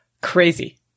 crazy